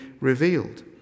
revealed